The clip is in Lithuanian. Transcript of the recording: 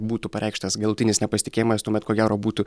būtų pareikštas galutinis nepasitikėjimas tuomet ko gero būtų